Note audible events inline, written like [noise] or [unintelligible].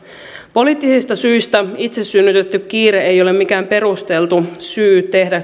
poliittisista syistä itse synnytetty kiire ei ole mikään perusteltu syy tehdä [unintelligible]